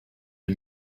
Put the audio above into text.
les